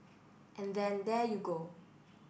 and then there you go